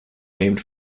named